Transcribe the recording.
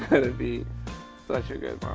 be such a good